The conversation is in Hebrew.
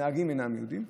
הנהגים אינם יהודים.